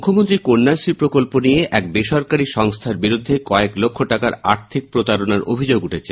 মুখ্যমন্ত্রীর কন্যাশ্রী প্রকল্প নিয়ে এক বেসরকারী সংস্হার বিরুদ্ধে কয়েক লক্ষ টাকার আর্থিক প্রতারণার অভিযোগ উঠেছে